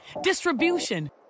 distribution